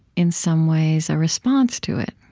in some ways a response to it